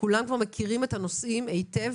כולם כבר מכירים את הנושאים היטב,